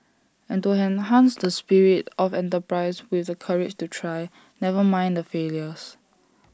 and to enhance the spirit of enterprise with the courage to try never mind the failures